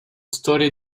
storie